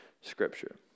Scripture